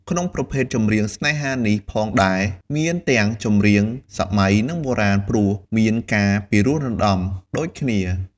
ក្នុងប្រភេទចម្រៀងស្នេហានេះផងដែលមានទាំងចម្រៀងសម័យនិងបុរាណ ព្រោះមានការពិរោះរន្តំដូចគ្នា។